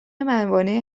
موانع